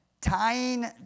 tying